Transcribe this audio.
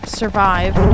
survive